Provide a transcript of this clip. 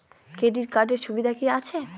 Credit কার্ডের সুবিধা কি আছে?